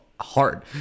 hard